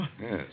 Yes